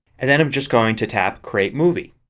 and then i'm just going to tap create movie.